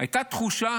הייתה תחושה